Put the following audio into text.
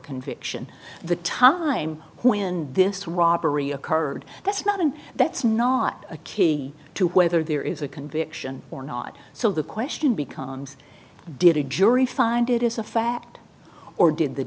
conviction the time when this robbery occurred that's not and that's not a key to whether there is a conviction or not so the question becomes did a jury find it is a fact or did the